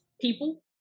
people